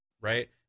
right